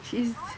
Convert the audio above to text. he's